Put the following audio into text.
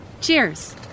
Cheers